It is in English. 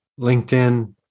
LinkedIn